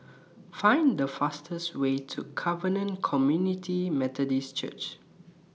Find The fastest Way to Covenant Community Methodist Church